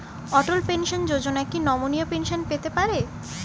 অটল pension Yojana কি নমনীয় pension পেতে পারে?